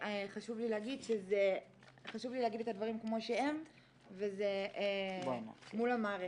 חשוב לי להגיד את הדברים כמו שהם וזה מול המערכת.